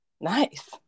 Nice